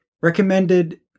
recommended